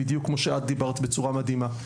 בדיוק כמו שאת דיברת בצורה מדהימה.